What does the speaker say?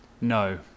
No